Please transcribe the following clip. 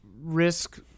risk